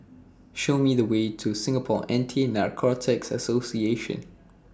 Show Me The Way to Singapore Anti Narcotics Association